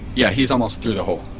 yeah, he's almost through the hole.